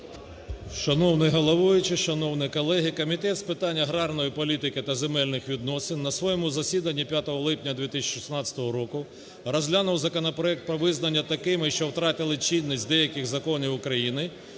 Шановний головуючий! Шановні колеги! Комітет з питань аграрної політики та земельних відносин на своєму засіданні 5 липня 2016 року розглянув законопроект про визнання такими, що втратили чинність деяких Законів України